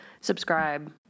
subscribe